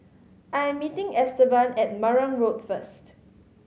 I'm meeting Estevan at Marang Road first